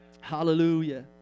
Hallelujah